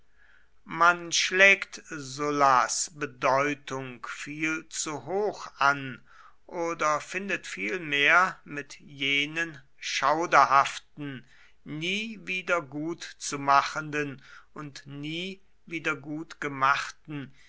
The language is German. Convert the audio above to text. man schlägt sullas bedeutung viel zu hoch an oder findet vielmehr mit jenen schauderhaften nie wiedergutzumachenden und nie wiedergutgemachten